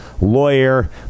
lawyer